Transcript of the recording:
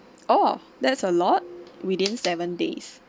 oh that's a lot within seven days